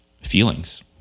feelings